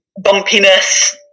bumpiness